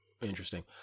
Interesting